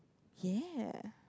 ya